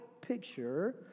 picture